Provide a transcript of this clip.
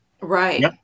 Right